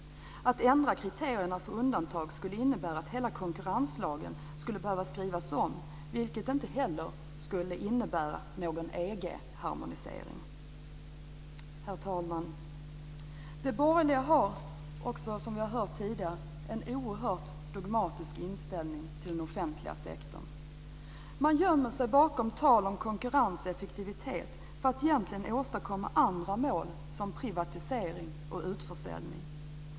Att ändra kriterierna för undantag skulle innebära att hela konkurrenslagen skulle behöva skrivas om, vilket inte heller skulle innebära någon EG Herr talman! De borgerliga har, som vi har hört tidigare, en oerhört dogmatisk inställning till den offentliga sektorn. Man gömmer sig bakom tal om konkurrens och effektivitet för att egentligen nå andra mål, som privatisering och utförsäljning.